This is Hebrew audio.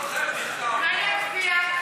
אולי נצביע?